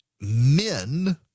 Men